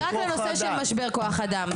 רק בנושא של משבר כוח אדם.